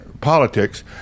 politics